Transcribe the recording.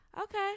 Okay